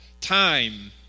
Time